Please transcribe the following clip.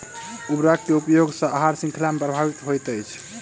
उर्वरक के उपयोग सॅ आहार शृंखला प्रभावित होइत छै